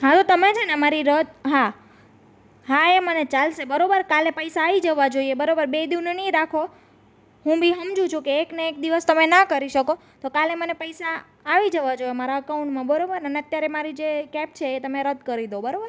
હા તો તમે મારી છે ને રદ હા એ મને ચાલશે બરાબર કાલે પૈસા આવી જવા જોઈએ બરાબર બે દી નહીં રાખો હું બી સમજુ છું કે એક ને એક દીમાં ના કરી શકો પણ કાલે મને પૈસા આવી જવા જોઈએ મારા અકાઉન્ટમાં બરાબર ને અત્યારે મારી જે કેબ છે એ તમે અત્યારે રદ કરી દો બરાબર